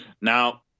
Now –